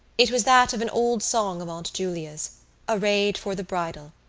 it was that of an old song of aunt julia's arrayed for the bridal.